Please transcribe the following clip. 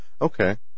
Okay